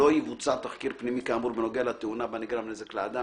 לא יבוצע תחקיר פנימי כאמור בנוגע לתאונה בה נגרם נזק לאדם,